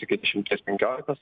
iki dešimties penkiolikos